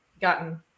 gotten